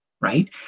right